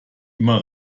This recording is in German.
immer